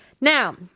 Now